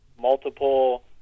multiple